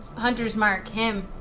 hunter's mark him.